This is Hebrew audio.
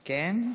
כן.